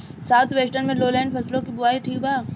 South western lowland में फसलों की बुवाई ठीक बा?